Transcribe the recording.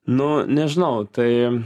nu nežinau tai